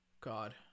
God